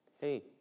Hey